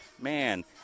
Man